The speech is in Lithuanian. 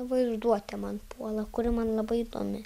vaizduotė man puola kuri man labai įdomi